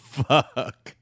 fuck